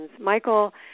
Michael